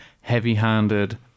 heavy-handed